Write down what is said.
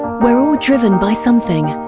we're all driven by something.